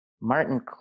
Martin